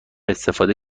استفاده